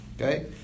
Okay